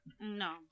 no